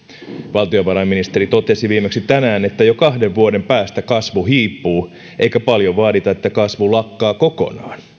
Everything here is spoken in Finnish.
valtiovarainministeri totesi viimeksi tänään että jo kahden vuoden päästä kasvu hiipuu eikä paljon vaadita että kasvu lakkaa kokonaan